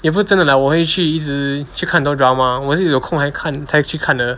也不是真的 like 我会去一直去看很多 drama 我是有空才看再去看的